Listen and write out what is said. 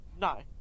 No